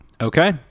okay